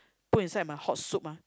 put inside my hot soup ah